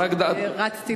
רצתי לפה.